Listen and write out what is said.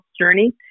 journey